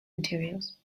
materials